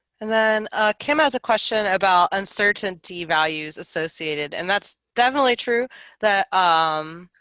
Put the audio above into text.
and then kim has a question about uncertainty values associated and that's definitely true that um,